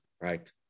Right